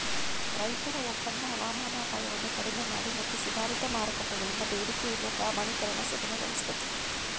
ರೈತರ ಒಪ್ಪಂದ ಹವಾಮಾನ ಅಪಾಯವನ್ನು ಕಡಿಮೆಮಾಡಿ ಮತ್ತು ಸುಧಾರಿತ ಮಾರುಕಟ್ಟೆಗಳಿಂದ ಬೇಡಿಕೆಯಿರುವ ಪ್ರಮಾಣೀಕರಣ ಸುಗಮಗೊಳಿಸ್ತದೆ